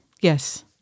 Yes